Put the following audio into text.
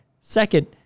Second